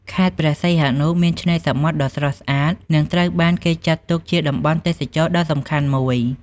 ខេត្តព្រះសីហនុ មានឆ្នេរសមុទ្រដ៏ស្រស់ស្អាត និងត្រូវបានគេចាត់ទុកជាតំបន់ទេសចរណ៍សំខាន់មួយ។